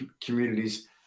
communities